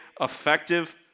effective